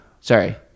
Sorry